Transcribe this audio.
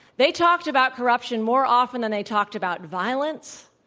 they talked about corruption more often than they talked about violence,